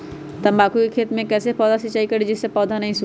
तम्बाकू के खेत मे कैसे सिंचाई करें जिस से पौधा नहीं सूखे?